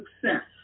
success